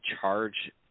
charge